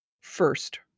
First